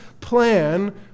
plan